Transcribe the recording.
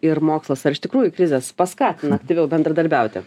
ir mokslas ar iš tikrųjų krizės paskatina aktyviau bendradarbiauti